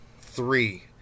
Three